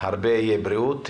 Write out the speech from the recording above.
הרבה בריאות.